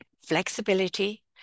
flexibility